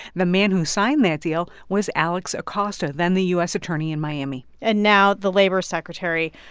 the man who signed that deal was alex acosta, then the u s. attorney in miami and now the labor secretary.